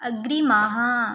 अग्रिमः